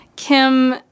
Kim